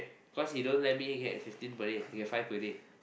cause he don't let me get fifteen per day I get five per day